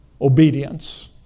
obedience